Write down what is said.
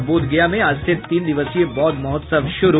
और बोधगया में आज से तीन दिवसीय बौद्ध महोत्सव शुरू